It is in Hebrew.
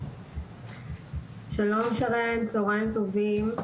שלום, שרן, צהריים טובים.